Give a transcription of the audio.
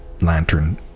lantern